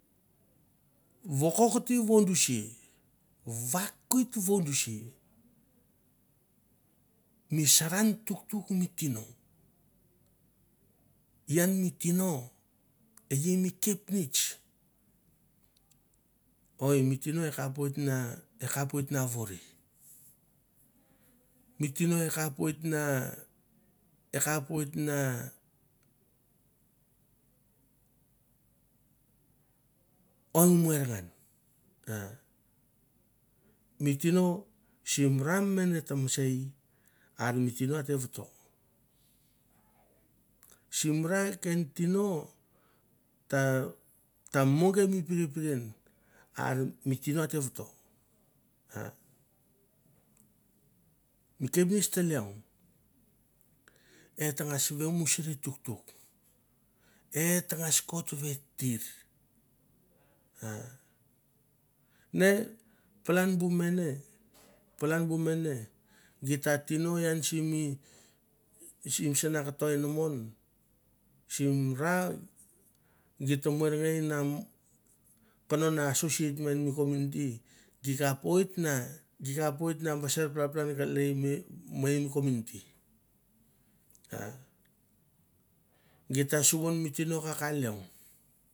Vokote vandisia, vakoit mi saran tuktuk mi tino e i mi kepnets oi mi tino akapoit na ore na vore, mi tino o kapoit na akpoit na oin morngan ah mi tino te voto ah mi tino sim ran ment ta mesei ol mi ar mi tino a te voto, sim ra ken tino ta ta mong go mi pire piren mi tino ate voto ah mi kepnets ta leong at tangas vemusuri tuktuk, et tangas kot vet tir ne palan bu mene gita tino can simi sim sim sana kotoenamo sim ragita morngai keno associate me ngan ni community gi kapoit na gi kapoit na baser pala palan kelei mei mi community. Git ta suvon mi tino ka ka leong.